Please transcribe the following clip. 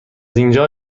اینجا